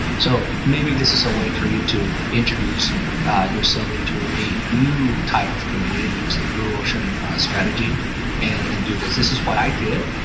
so maybe this is a way for you to introduce yourself into a new type of community use the blue ocean strategy and and do this this is what i did.